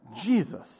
Jesus